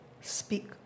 Speak